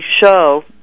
show